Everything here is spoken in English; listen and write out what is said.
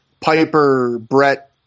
Piper-Brett